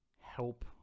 help